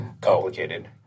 Complicated